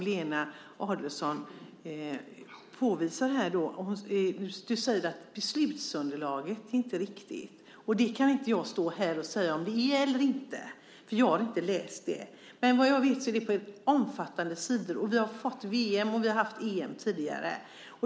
Lena Adelsohn Liljeroth säger att beslutsunderlaget inte är riktigt. Jag kan inte stå här och säga om det är riktigt eller inte, för jag har inte läst det. Men vad jag vet omfattar det många sidor. Vi har haft VM och EM tidigare.